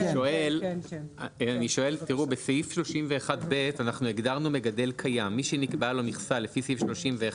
אני אומר, אנחנו מוגבלים לסך של ה-150 מיליון,